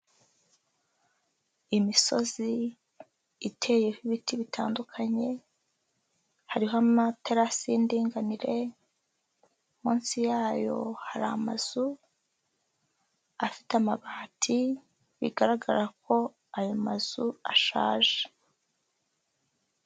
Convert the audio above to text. Imisozi iteyeho ibiti bitandukanye, hariho amatarasi y'indnganire, munsi yayo hari amazu afite amabati bigaragara ko ayo mazu ashaje.